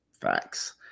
Facts